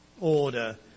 order